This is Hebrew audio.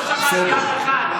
לא שמעתי אף אחד.